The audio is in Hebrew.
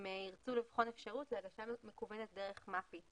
הם ירצו לבחון אפשרות להגשה מקוונת דרך מפ"י,